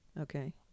Okay